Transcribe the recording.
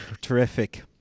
terrific